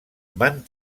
van